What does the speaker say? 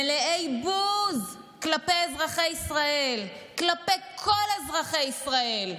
מלאי בוז כלפי אזרחי ישראל, כלפי כל אזרחי ישראל,